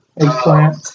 Eggplant